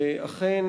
שאכן